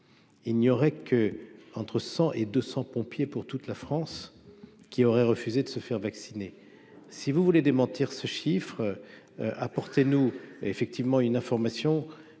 il n'y aurait que entre 100 et 200 pompiers pour toute la France, qui aurait refusé de se faire vacciner si vous voulez démentir ce chiffre nous effectivement une information